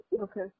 okay